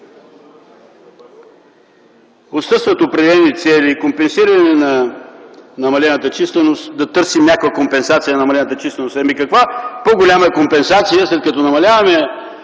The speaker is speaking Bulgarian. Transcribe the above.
Отсъстват определени цели и компенсиране на намалената численост, да търсим някаква компенсация на намалената численост. Ами, каква по-голяма компенсация, след като намаляваме